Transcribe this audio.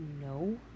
no